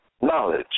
knowledge